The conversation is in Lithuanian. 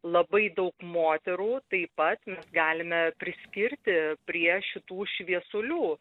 labai daug moterų taip pat mes galime priskirti prie šitų šviesulių